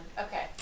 Okay